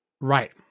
Right